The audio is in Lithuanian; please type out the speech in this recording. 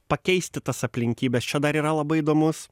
pakeisti tas aplinkybes čia dar yra labai įdomus